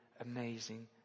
amazing